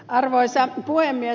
arvoisa puhemies